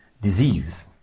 disease